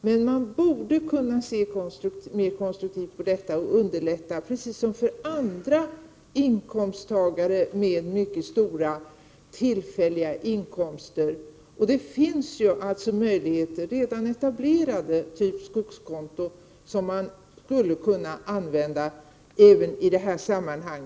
Men man borde kunna se mera konstruktivt på detta problem och åstadkomma lättnader, precis som när det gäller andra inkomsttagare med mycket stora tillfälliga inkomster. Det finns möjligheter i detta sammanhang. Jag tänker då på t.ex. redan etablerade skogskonton.